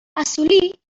assolir